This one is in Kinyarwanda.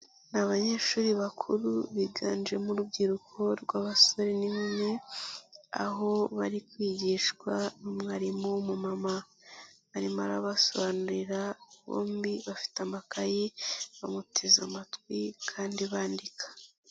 Ni abanyeshuri bakuru biganjemo urubyiruko rw'abasore n'inkumi, aho bari kwigishwa n'umwarimu w'umumama. Arimo arabasobanurira, bombi bafite amakayi, bamuteze amatwi kandi bandika.